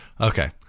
Okay